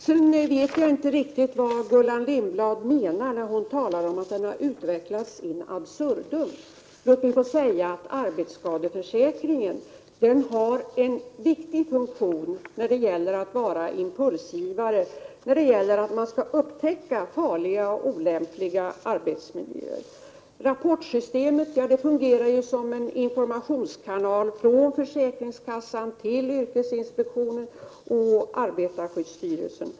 Sedan vet jag inte riktigt vad Gullan Lindblad menar när hon talar om en utveckling in absurdum. Arbetsskadeförsäkringen har en viktig funktion som impulsgivare när det gäller att upptäcka farliga och olämpliga arbetsmiljöer. Rapportsystemet fungerar som en informationskanal från försäkringskassan till yrkesinspektionen och arbetarskyddsstyrelsen.